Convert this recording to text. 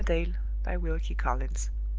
by wilkie collins